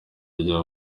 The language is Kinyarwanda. rya